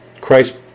Christ